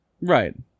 Right